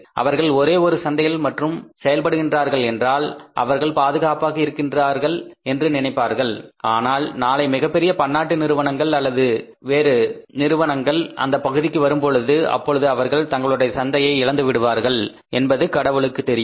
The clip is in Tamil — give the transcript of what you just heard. அவர்கள் ஒரே ஒரு சந்தையில் மற்றும் செயல்படுகின்றார்கள் என்றால் அவர்கள் பாதுகாப்பாக இருக்கின்றார்கள் என்று நினைப்பார்கள் ஆனால் நாளை மிகப்பெரிய பன்னாட்டு நிறுவனங்கள் அந்த பகுதிக்கு வரும் அப்பொழுது அவர்கள் தங்களுடைய சந்தையை இழந்து விடுவார்கள் என்பது கடவுளுக்கு தெரியும்